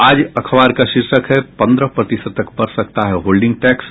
आज अखबार का शीर्षक है पंद्रह प्रतिशत तक बढ़ सकता है होल्डिंग टैक्स